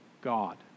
God